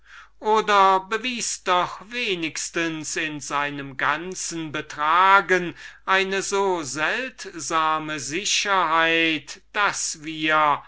oder bewies doch wenigstens in seinem ganzen betragen eine so seltsame sicherheit daß wir